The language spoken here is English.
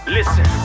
Listen